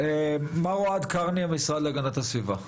אוהד קרני מהמשרד להגנת הסביבה,